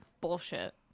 bullshit